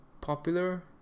popular